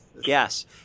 yes